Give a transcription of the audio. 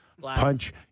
punch